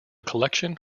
collection